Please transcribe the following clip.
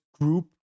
group